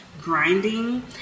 grinding